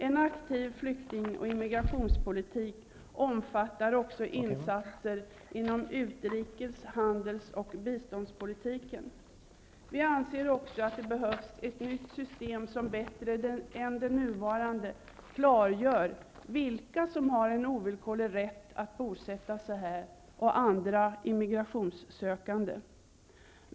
En aktiv flykting och immigrationspolitik omfattar också insatser inom utrikes-, handels och biståndspolitiken. Vi anser också att det behövs ett nytt system som bättre än det nuvarande klargör vilka som har en ovillkorlig rätt att bosätta sig här och vilka som är övriga immigrationssökande.